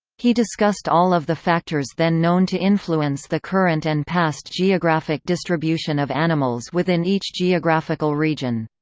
he discussed all of the factors then known to influence the current and past geographic distribution of animals within each geographical region.